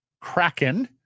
Kraken